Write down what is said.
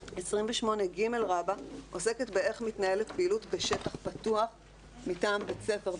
28ג עוסקת באופן בו מתנהלת פעילות בשטח פתוח מטעם בית ספר,